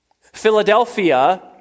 Philadelphia